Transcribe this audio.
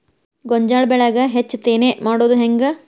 ಗೋಂಜಾಳ ಬೆಳ್ಯಾಗ ಹೆಚ್ಚತೆನೆ ಮಾಡುದ ಹೆಂಗ್?